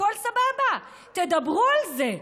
הכול סבבה, תדברו על זה.